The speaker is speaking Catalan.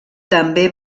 també